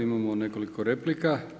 Imamo nekoliko replika.